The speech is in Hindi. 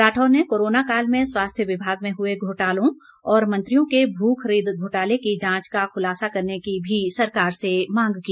राठौर ने कोरोना काल में स्वास्थ्य विभाग में हुए घोटालों और मंत्रियों के भू खरीद घोटाले की जांच का खुलासा करने की भी सरकार से मांग की